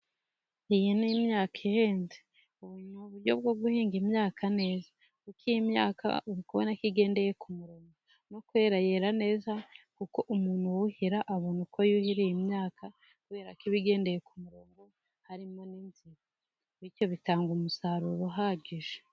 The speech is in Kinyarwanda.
Iyi ni imyaka ihenze, ubu ni uburyo bwo guhinga imyaka neza, uko iyi myaka uri kubona igendeye ku murongo, no kwera yera neza, kuko umuntu wuhira abona uko yuhiri iyi imyaka, kubera ko iba igendeye ku murongo, harimo n'inzira bityo bitanga umusaruro uhagije.